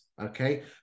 Okay